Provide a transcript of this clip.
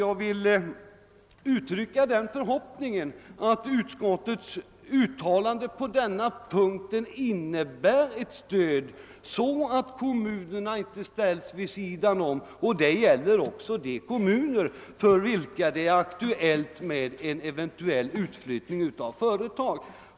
Jag vill uttrycka förhoppningen att utskottets uttalande på denna punkt innebär ett stöd, så att kommunerna inte ställs vid sidan om. Det gäller också de kommuner för vilka det är aktuellt med en utflyttning av företag.